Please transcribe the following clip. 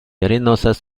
arenosas